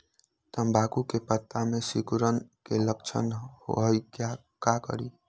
तम्बाकू के पत्ता में सिकुड़न के लक्षण हई का करी?